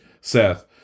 seth